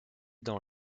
dans